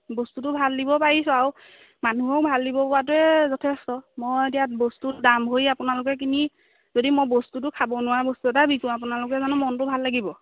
বস্তুটো ভাল দিব পাৰিছোঁ আৰু মানুহেও ভাল দিব পৰাটোৱে যথেষ্ট মই এতিয়া বস্তু দাম ভৰি আপোনালোকে কিনি যদি মই বস্তুটো খাব নোৱাৰা বস্তু এটা বিকোঁ আপোনালোকে জানো মনটো ভাল লাগিব